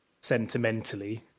sentimentally